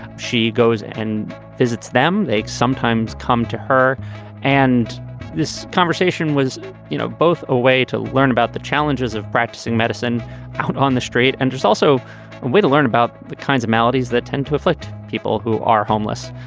she goes and visits them. they sometimes come to her and this conversation was you know both a way to learn about the challenges of practicing medicine out on the street. and it's also a way to learn about the kinds of maladies that tend to afflict people who are homeless.